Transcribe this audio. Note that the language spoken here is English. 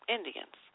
Indians